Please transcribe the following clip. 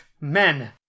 Men